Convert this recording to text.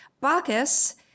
Bacchus